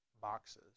boxes